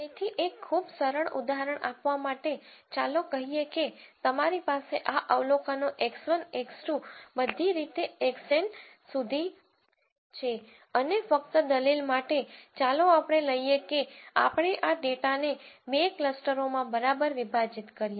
તેથી એક ખૂબ સરળ ઉદાહરણ આપવા માટે ચાલો કહીએ કે તમારી પાસે આ અવલોકનો x1 x2 બધી રીતે xN સુધી છે અને ફક્ત દલીલ માટે ચાલો આપણે લઈએ કે આપણે આ ડેટાને બે ક્લસ્ટરોમાં બરાબર વિભાજીત કરીએ